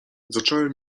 zacząłem